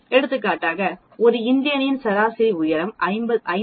எடுத்துக்காட்டாக ஒரு இந்தியனின் சராசரி உயரம் 5